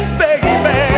baby